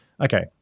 okay